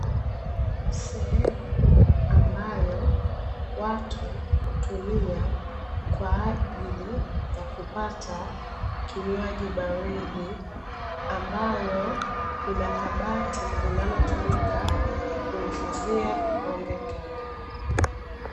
Sehemu ambayo watu hutumia kwaajili ya kupata kinywaji baridi, ambayo inakabati ambalo linatumika kuhifadhia pombe kali